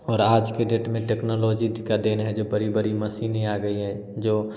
और आज के डेट में टेक्नोलॉजी की देन है जो बड़ी बड़ी मशीनें आ गई हैं जो